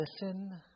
listen